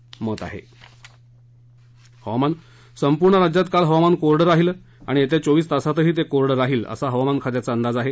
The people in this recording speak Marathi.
गोव्यासह संपूर्ण राज्यात काल हवामान कोरडं राहिलं आणि येत्या चोवीस तासातही ते कोरडं राहिल असा हवामान खात्याचा अंदाज आहे